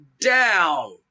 down